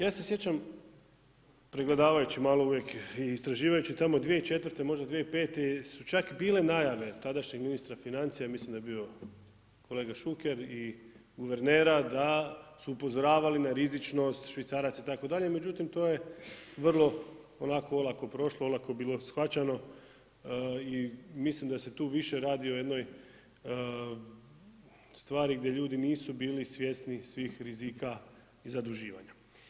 Ja se sjećam, pregledavajući malo uvijek i istraživajući tamo 2004., možda 2005. su čak bile najave tadašnjeg ministra financija, ja mislim da je bio kolega Šuker i guvernera da su upozoravali na rizičnost švicaraca itd., međutim, to je vrlo lako, olako prošlo, olako bilo shvaćeno i mislim da se tu više radi o jednoj stvari gdje ljudi nisu bili svjesni svih rizika i zaduživanja.